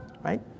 Right